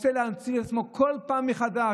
רוצה להמציא את עצמו כל פעם מחדש,